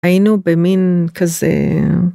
היינו במין כזה.